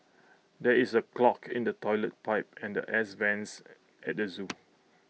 there is A clog in the Toilet Pipe and airs vents at the Zoo